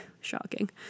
Shocking